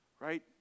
right